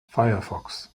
firefox